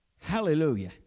Hallelujah